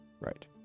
Right